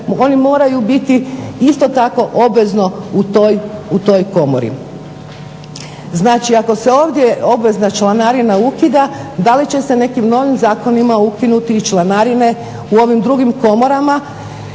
oni moraju biti isto tako obvezno u toj komori. Znači ako se ovdje obvezna članarina ukida da li će se nekim novim zakonima ukinuti i članarine u ovim drugim komorama,